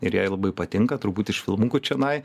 ir jai labai patinka truputį iš filmukų čionai